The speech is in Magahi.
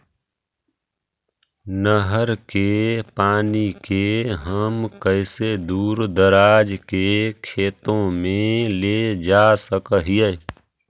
नहर के पानी के हम कैसे दुर दराज के खेतों में ले जा सक हिय?